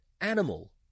animal